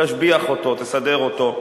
תשביח אותו, תסדר אותו,